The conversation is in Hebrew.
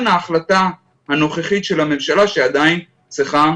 ההחלטה הנוכחית של הממשלה שעדיין צריכה